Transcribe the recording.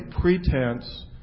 pretense